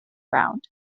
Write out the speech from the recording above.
round